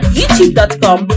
YouTube.com